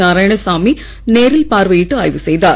நாராயணசாமி நேரில் பார்வையிட்டு ஆய்வு செய்தார்